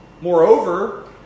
Moreover